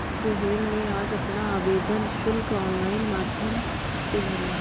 सोहेल ने आज अपना आवेदन शुल्क ऑनलाइन माध्यम से भरा